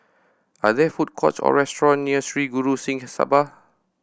are there food courts or restaurant near Sri Guru Singh Sabha